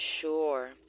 Sure